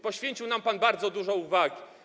Poświęcił nam pan bardzo dużo uwagi.